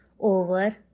over